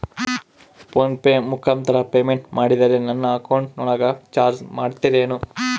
Phone pay ಮುಖಾಂತರ payment ಮಾಡಿದರೆ ನನ್ನ ಅಕೌಂಟಿನೊಳಗ ಚಾರ್ಜ್ ಮಾಡ್ತಿರೇನು?